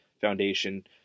foundation